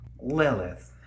Lilith